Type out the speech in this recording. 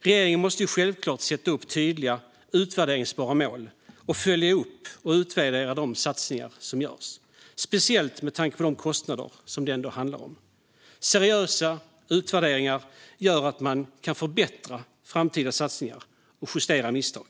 Regeringen måste självklart sätta upp tydliga, utvärderbara mål och följa upp och utvärdera de satsningar som görs, speciellt med tanke på de kostnader som det ändå handlar om. Seriösa utvärderingar gör att man kan förbättra framtida satsningar och justera misstag.